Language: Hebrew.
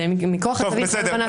זה מכוח הצווים של הלבנת הון.